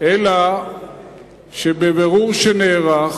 אלא שבבירור שנערך